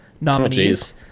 nominees